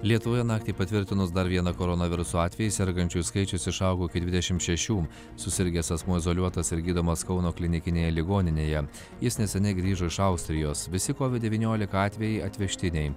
lietuvoje naktį patvirtinus dar vieną koronaviruso atvejį sergančiųjų skaičius išaugo iki dvidešim šešių susirgęs asmuo izoliuotas ir gydomas kauno klinikinėje ligoninėje jis neseniai grįžo iš austrijos visi covid devyniolika atvejai atvežtiniai